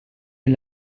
est